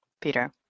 Peter